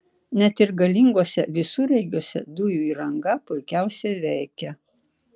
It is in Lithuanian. net ir galinguose visureigiuose dujų įranga puikiausiai veikia